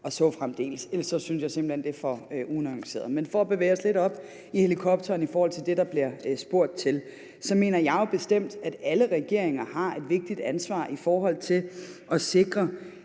og så fremdeles. Ellers synes jeg simpelt hen, det er for unuanceret. For at bevæge os lidt op i helikopteren i forhold til det, der bliver spurgt til, så mener jeg bestemt, at alle regeringer har et vigtigt ansvar i forhold til at sikre